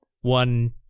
one